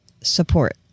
support